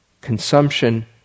Consumption